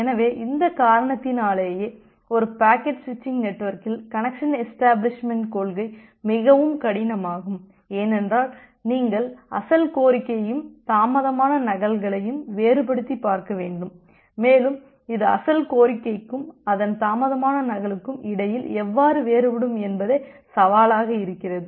எனவே இந்த காரணத்தினாலேயே ஒரு பாக்கெட் ஸ்விச்சிங் நெட்வொர்க்கில் கனெக்சன் எஷ்டபிளிஷ்மெண்ட்டின் கொள்கை மிகவும் கடினமாகும் ஏனென்றால் நீங்கள் அசல் கோரிக்கையையும் தாமதமான நகல்களையும் வேறுபடுத்திப் பார்க்க வேண்டும் மேலும் இது அசல் கோரிக்கைக்கும் அதன் தாமதமான நகலுக்கும் இடையில் எவ்வாறு வேறுபடும் என்பதே சவாலாக இருக்கிறது